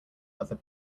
other